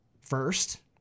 first